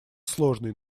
сложный